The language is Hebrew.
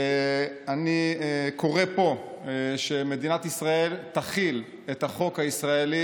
אני קורא פה למדינת ישראל להחיל את החוק הישראלי